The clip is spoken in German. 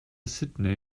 sydney